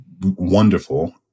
wonderful